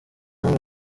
hano